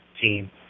team